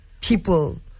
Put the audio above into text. people